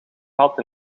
had